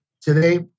today